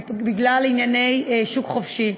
בגלל ענייני שוק חופשי,